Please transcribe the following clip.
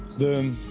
the